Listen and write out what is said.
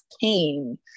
pain